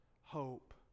hope